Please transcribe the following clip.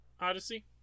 odyssey